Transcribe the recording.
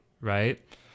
right